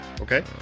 okay